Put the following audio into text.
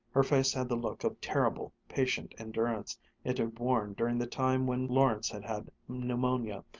her face had the look of terrible, patient endurance it had worn during the time when lawrence had had pneumonia,